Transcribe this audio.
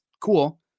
cool